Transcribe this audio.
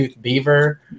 beaver